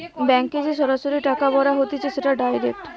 ব্যাংকে যে সরাসরি টাকা ভরা হতিছে সেটা ডাইরেক্ট